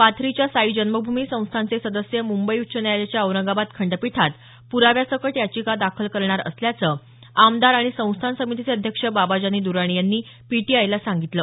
पाथरीच्या साई जन्मभूमी संस्थानचे सदस्य मुंबई उच्च न्यायालयाच्या औरंगाबाद खंडपीठात पुराव्यासकट याचिका दाखल करणार असल्याचं आमदार आणि संस्थान समितीचे अध्यक्ष बाबाजानी दूर्राणी यांनी पीटीआयला सांगितलं